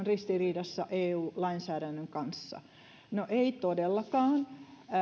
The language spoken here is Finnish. ristiriidassa eu lainsäädännön kanssa no ei todellakaan